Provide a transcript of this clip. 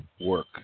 Work